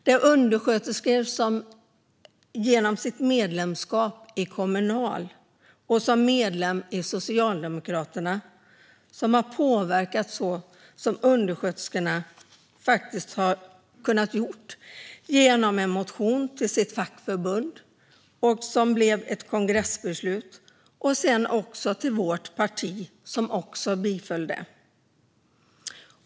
Det är undersköterskor som genom sitt medlemskap i Kommunal och som medlemmar i Socialdemokraterna har påverkat så mycket som de faktiskt kunnat göra genom en motion till sitt fackförbund som blev ett kongressbeslut och sedan en motion till vårt parti, som biföll den.